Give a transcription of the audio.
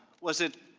was it